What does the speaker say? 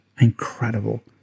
incredible